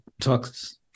talks